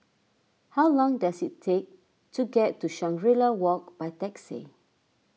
how long does it take to get to Shangri La Walk by taxi